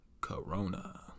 Corona